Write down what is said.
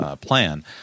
plan –